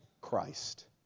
Christ